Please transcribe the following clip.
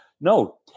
No